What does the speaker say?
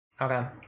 Okay